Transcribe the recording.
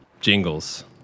jingles